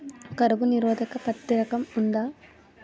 కరువు నిరోధక పత్తి రకం ఉందా?